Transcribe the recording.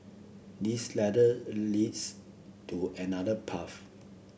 this ladder leads to another path